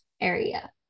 area